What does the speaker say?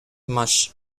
much